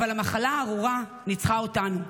אבל המחלה הארורה ניצחה אותנו.